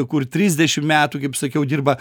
kur trisdešim metų kaip sakiau dirba